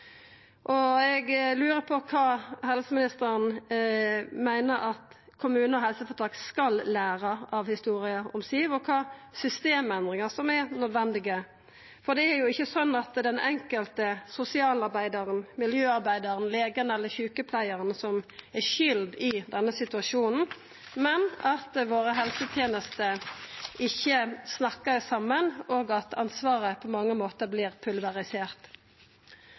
spesialisthelseteneste. Eg lurer på kva helseministeren meiner at kommunar og helseføretak skal læra av historia om Siw, og kva for systemendringar som er nødvendige. For det er jo ikkje slik at det er den enkelte sosialarbeidaren, miljøarbeidaren, legen eller sjukepleiaren som er skuld i denne situasjonen, men at våre helsetenester ikkje snakkar saman, og at ansvaret på mange måtar vert pulverisert.